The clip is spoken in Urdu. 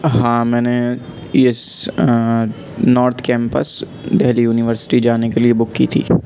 ہاں میں نے yes north campus Delhi university جانے کے لیے بک کی تھی